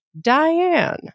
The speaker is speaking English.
Diane